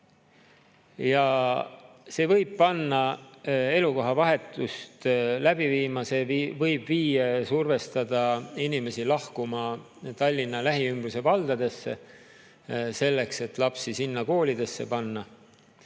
See võib panna elukoha vahetust läbi viima, see võib viia ja survestada inimesi lahkuma Tallinna lähiümbruse valdadesse, selleks et lapsi sinna koolidesse panna.